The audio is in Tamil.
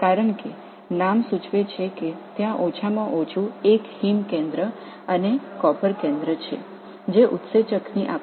பெயர் குறிப்பிடுவது போல குறைந்தது ஒரு ஹீம் மையம் மற்றும் ஒரு காப்பர் மையம் உள்ளது